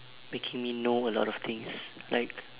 making me know a lot of things like